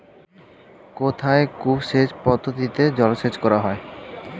কোথায় কূপ সেচ পদ্ধতিতে জলসেচ করা হয়?